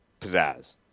pizzazz